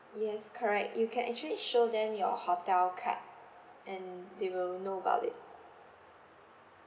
yes correct you can actually show them your hotel card and they will know about it